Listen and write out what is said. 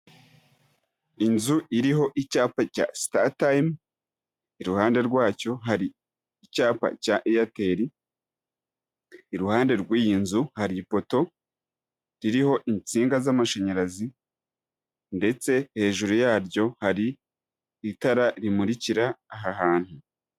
Inzu iriho icyapa cya Sitatayime, iruhande rwacyo hari icyapa cya Eyateri, iruhande rw'iyi nzu hari ipoto ririho insinga z'amashanyarazi ndetse hejuru yaryo hari itara rimurikira aha hantu.